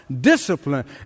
discipline